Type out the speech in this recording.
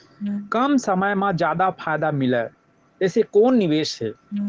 कम समय मा जादा फायदा मिलए ऐसे कोन निवेश हे?